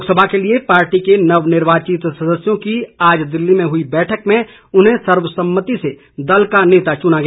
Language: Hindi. लोकसभा के लिए पार्टी के नवनिर्वाचित सदस्यों की आज दिल्ली में हुई बैठक में उन्हें सर्वसम्मति से दल का नेता चुना गया